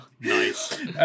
Nice